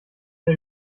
der